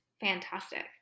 fantastic